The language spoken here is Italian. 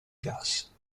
gas